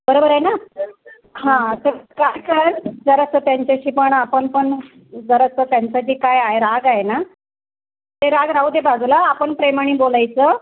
बरोबर आहे ना हां तर काय कर जरासं त्यांच्याशी पण आपण पण जरासं त्यांचा जे काय आहे राग आहे ना ते राग राहू दे बाजूला आपण प्रेमाने बोलायचं